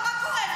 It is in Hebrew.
מה קרה?